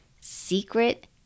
Secret